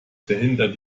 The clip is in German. verhindert